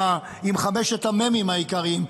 עם חמשת המ"מים העיקריים,